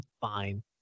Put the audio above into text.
Fine